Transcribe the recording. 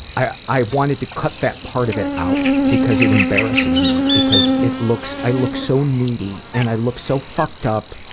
i i wanted to cut that part of it out because it embarrasses me. because it looks, i look so needy and i look so fucked-up,